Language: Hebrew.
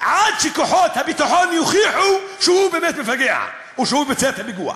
עד שכוחות הביטחון יוכיחו שהוא באמת מפגע או שהוא ביצע את הפיגוע.